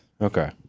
Okay